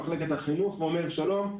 למחלקת חינוך ואומר: שלום,